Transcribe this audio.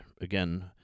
Again